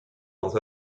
dans